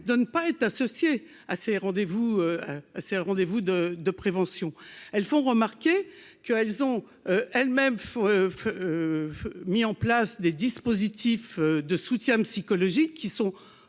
de ne pas être associés à ces rendez-vous, c'est le rendez-vous de de prévention, elles font remarquer que, elles ont elles-mêmes mis en place des dispositifs de soutien psychologique qui sont